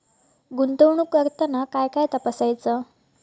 गुंतवणूक करताना काय काय तपासायच?